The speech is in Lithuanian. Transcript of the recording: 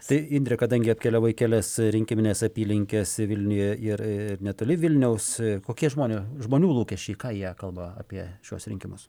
tai indre kadangi apkeliavai į kelias rinkimines apylinkes vilniuje ir netoli vilniaus kokie žmonių žmonių lūkesčiai ką jie kalba apie šiuos rinkimus